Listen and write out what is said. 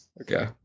Okay